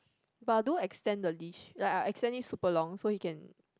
but I do extend the leash like I extend it super long so he can